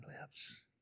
lips